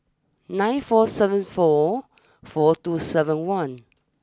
nine four seven four four two seven one